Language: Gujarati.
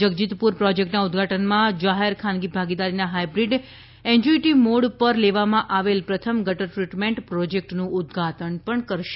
જગજીતપુર પ્રોજેક્ટના ઉદ્વાટનમાં જાહેર ખાનગી ભાગીદારીના હાઇબ્રિડ એન્યુઇટી મોડ પર લેવામાં આવેલ પ્રથમ ગટર ટ્રીટમેન્ટ પ્રોજેક્ટનું ઉદ્વાટન પણ કરશે